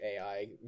ai